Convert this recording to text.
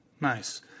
Nice